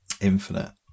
Infinite